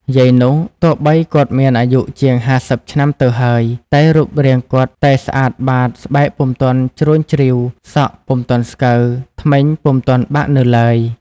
យាយនោះទោះបីគាត់មានអាយុជាង ៥០ ឆ្នាំទៅហើយ តែរូបរាងគាត់តែស្អាតបាតស្បែកពុំទាន់ជ្រួញជ្រីវ សក់ពុំទាន់ស្កូវ ធ្មេញពុំទាន់បាក់នៅឡើយ ។